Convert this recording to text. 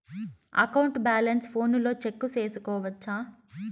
account balance ఫోనులో check సేసుకోవచ్చా